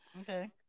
Okay